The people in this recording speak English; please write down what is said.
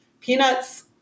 peanuts